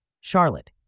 Charlotte